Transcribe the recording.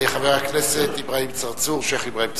חבר הכנסת אברהים צרצור, שיח' אברהים צרצור.